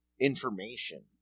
information